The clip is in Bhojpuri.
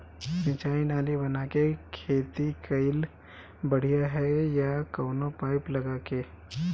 सिंचाई नाली बना के खेती कईल बढ़िया ह या कवनो पाइप लगा के?